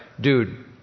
dude